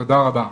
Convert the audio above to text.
תודה רבה.